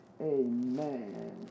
Amen